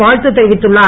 வாழ்த்து தெரிவித்துள்ளார்